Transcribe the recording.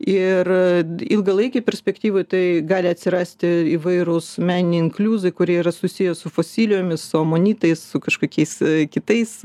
ir ilgalaikėje perspektyvoje tai gali atsirasti įvairūs meniniai inkliuzai kurie yra susiję su fosilijomis su amonitais su kažkokiais kitais